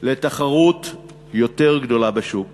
לתחרות יותר גדולה בשוק